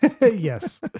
yes